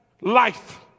life